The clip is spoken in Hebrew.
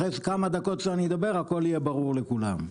אחרי כמה דקות שאדבר הכל יהיה ברור לכולם.